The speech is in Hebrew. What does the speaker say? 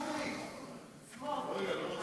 התשע"ו 2015, לוועדת החוקה, חוק ומשפט נתקבלה.